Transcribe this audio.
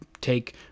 take